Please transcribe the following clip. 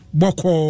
boko